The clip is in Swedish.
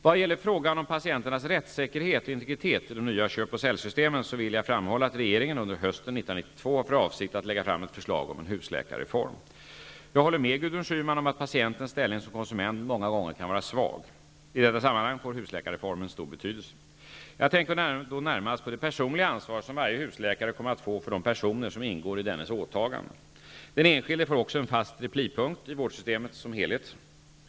Vad gäller frågan om patienternas rättssäkerhet och integritet i de nya ''köp och sälj''-systemen vill jag framhålla att regeringen under hösten 1992 har för avsikt att lägga fram ett förslag om en husläkarreform. Jag håller med Gudrun Schyman om att patientens ställning som konsument många gånger kan vara svag. I detta sammanhang får husläkarreformen stor betydelse. Jag tänker då närmast på det personliga ansvar som varje husläkare kommer att få för de personer som ingår i dennes åtagande. Den enskilde får också en fast replipunkt i vårdsystemet som helhet.